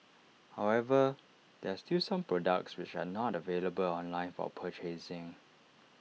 however there are still some products which are not available online for purchasing